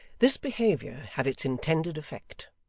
this behaviour had its intended effect.